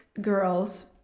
girls